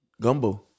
gumbo